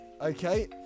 Okay